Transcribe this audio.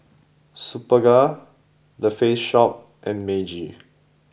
Superga the Face Shop and Meiji